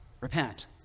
Repent